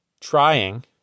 trying